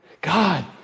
God